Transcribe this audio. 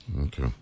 Okay